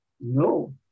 no